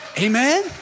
Amen